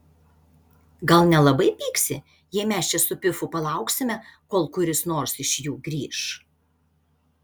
gal nelabai pyksi jei mes čia su pifu palauksime kol kuris nors iš jų grįš